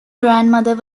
grandmother